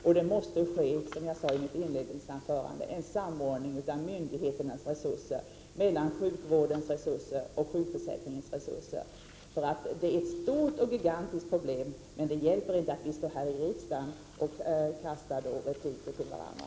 Och det måste, som jag sade i mitt inledningsanförande, ske en samordning av myndigheternas resurser — mellan sjukvårdsresurser och sjukförsäkringsresurser. Det är ett gigantiskt problem, men det hjälper inte att vi står här i riksdagen och kastar repliker till varandra.